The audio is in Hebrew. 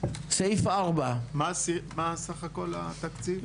מה סך הכול התקציב?